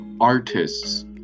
Artists